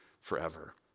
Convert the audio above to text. forever